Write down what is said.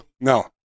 no